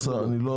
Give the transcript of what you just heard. אני לא